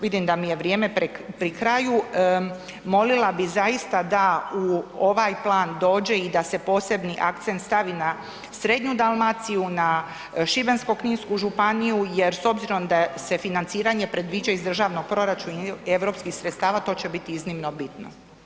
Vidim da mi je vrijeme pri kraju, molila bih zaista da u ovaj plan dođe i da se posebni akcent stavi na srednju Dalmaciju, na Šibensko-kninsku županiju jer s obzirom da se financiranje predviđa iz državnog proračuna i europskih sredstava, to će biti iznimno bitno.